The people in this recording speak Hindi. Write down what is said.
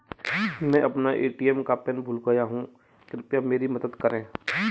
मैं अपना ए.टी.एम का पिन भूल गया हूं, कृपया मेरी मदद करें